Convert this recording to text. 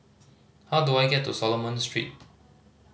how do I get to Solomon Street